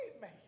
man